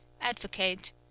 Advocate